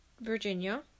Virginia